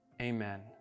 Amen